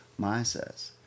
mindsets